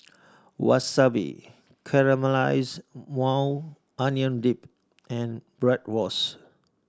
Wasabi Caramelized Maui Onion Dip and Bratwurst